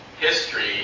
history